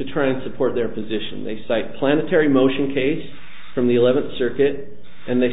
to try and support their position they cite planetary motion case from the eleventh circuit and they